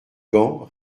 gants